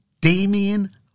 Damian